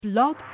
Blog